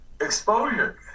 exposure